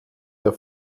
der